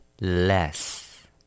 Less